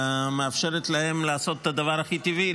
מאפשרת להם לעשות את הדבר הכי טבעי,